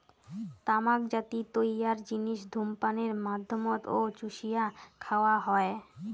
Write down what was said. তামাক থাকি তৈয়ার জিনিস ধূমপানের মাধ্যমত ও চুষিয়া খাওয়া হয়